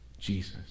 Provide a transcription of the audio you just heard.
jesus